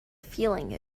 feeling